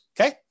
okay